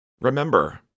Remember